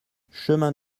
chemin